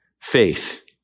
faith